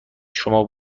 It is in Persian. شما